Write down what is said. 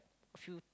few